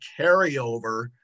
carryover